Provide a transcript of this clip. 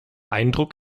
eindruck